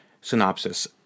synopsis